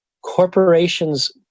corporations